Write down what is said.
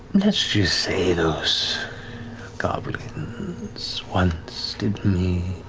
let's just say those goblins once did me